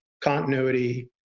continuity